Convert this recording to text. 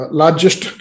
largest